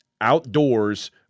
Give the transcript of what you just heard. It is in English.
outdoors